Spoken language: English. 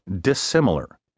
Dissimilar